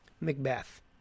Macbeth